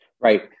Right